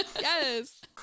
yes